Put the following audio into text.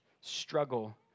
struggle